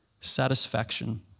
satisfaction